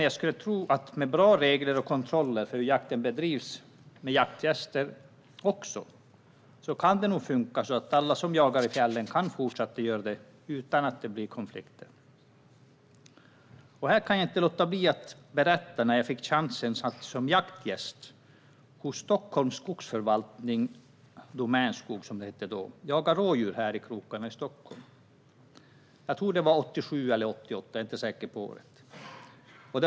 Jag skulle tro att med bra regler och kontroller för hur jakten bedrivs, också med jaktgäster kan det nog funka så att alla som jagar i fjällen kan fortsätta att göra detta utan att det blir konflikter. Jag kan här inte låta bli att berätta om när jag fick chansen att som jaktgäst hos Stockholms skogsförvaltning - Domänskog, som det hette då - jaga rådjur här i krokarna. Jag tror att det var 1987 eller 1988.